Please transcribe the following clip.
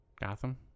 Gotham